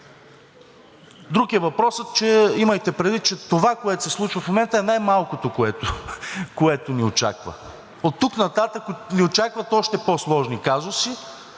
Друг е въпросът и имайте предвид, че това, което се случва в момента, е най-малкото, което ни очаква. Оттук нататък ни очакват още по-сложни казуси